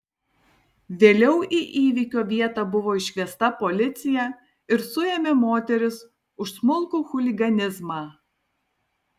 vėliau į įvykio vietą buvo iškviesta policija ir suėmė moteris už smulkų chuliganizmą